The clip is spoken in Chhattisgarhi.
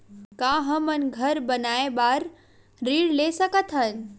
का हमन घर बनाए बार ऋण ले सकत हन?